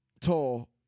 tall